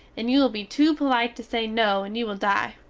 and you will be two polite to say no and you will dye.